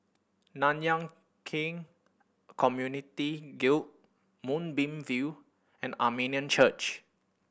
Nanyang Khek Community Guild Moonbeam View and Armenian Church